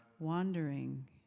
wandering